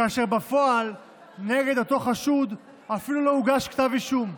כאשר בפועל נגד אותו חשוד אפילו לא הוגש כתב אישום.